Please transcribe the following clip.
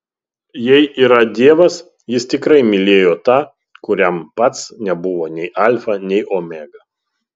jei yra dievas jis tikrai mylėjo tą kuriam pats nebuvo nei alfa nei omega